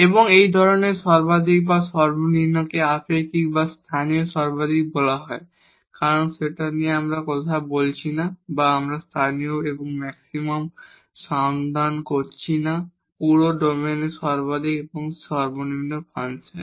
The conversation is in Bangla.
এবং এই ধরনের ম্যাক্সিমা বা মিনিমাকে আপেক্ষিক বা স্থানীয় সর্বাধিক বলা হয় কারণ সেটা নিয়ে আমরা কথা বলছি না বা আমরা লোকাল এবং ম্যাক্সিমা অনুসন্ধান করছি না পুরো ডোমেনে সর্বাধিক এবং সর্বনিম্ন ফাংশন